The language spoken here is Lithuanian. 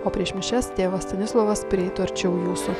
o prieš mišias tėvas stanislovas prieitų arčiau jūsų